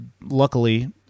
luckily